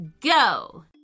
go